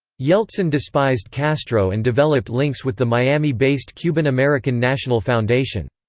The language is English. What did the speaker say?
yeltsin despised castro and developed links with the miami-based cuban american national foundation.